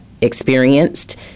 experienced